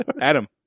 Adam